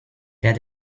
that